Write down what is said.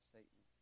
Satan